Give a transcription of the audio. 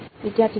વિદ્યાર્થી cos